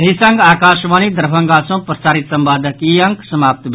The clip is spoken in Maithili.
एहि संग आकाशवाणी दरभंगा सँ प्रसारित संवादक ई अंक समाप्त भेल